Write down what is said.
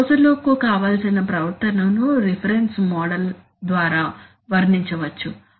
closed loop కు కావలసిన ప్రవర్తనను రిఫరెన్స్ మోడల్ ద్వారా వర్ణించవచ్చు